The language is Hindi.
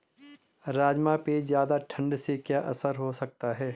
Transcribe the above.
राजमा पे ज़्यादा ठण्ड से क्या असर हो सकता है?